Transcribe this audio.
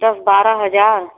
दस बारह हज़ार